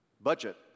budget